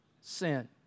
sin